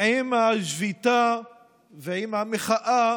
עם השביתה ועם המחאה